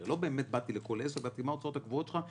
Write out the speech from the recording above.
הרי לא באמת באתי לכל אדם ושאלתי אותו: מה ההוצאות הקבועות שלך?